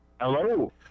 Hello